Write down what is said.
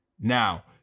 now